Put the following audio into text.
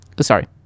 Sorry